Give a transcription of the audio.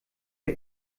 der